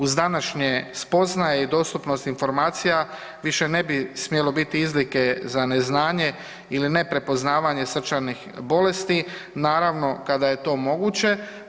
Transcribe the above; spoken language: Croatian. Uz današnje spoznaje i dostupnost informacije više ne bi smjelo biti izlike za neznanje ili neprepoznavanje srčanih bolesti, naravno kada je to moguće.